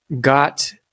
got